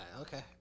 Okay